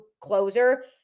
closer